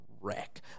wreck